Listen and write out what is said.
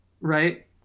right